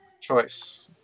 choice